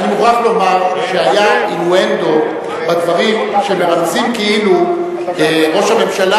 אני מוכרח לומר שהיה אינואנדו בדברים שמרמזים כאילו ראש הממשלה